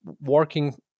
working